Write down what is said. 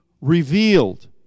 revealed